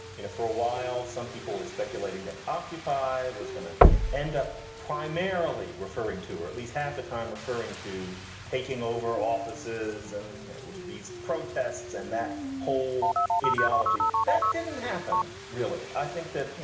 you know, for a while some people were speculating that occupy was gonna end up primarily referring to or at least half the time referring to taking over offices and these protests and that whole ideology. that didn't happen, really. i think that, you